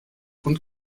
und